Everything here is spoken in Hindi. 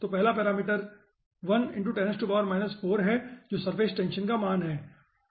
तो पहला पैरामीटर है जो सरफेस टेंशन का मान है